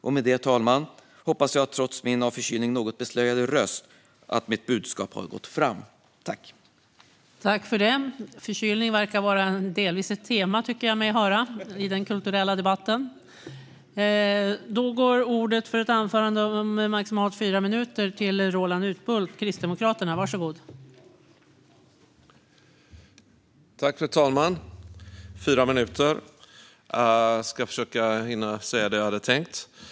Med detta, fru talman, hoppas jag att mitt budskap har gått fram, trots min av förkylning något beslöjade röst.